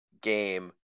game